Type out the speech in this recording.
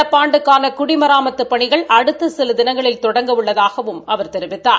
நடப்பு ஆண்டுக்கான குடிமராமத்துப் பணிகள் அடுத்த சில தினங்களில் தொடங்க உள்ளதாகவும் அவர் கெரிவிக்கார்